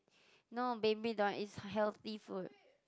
no Big Meal don't want it's healthy food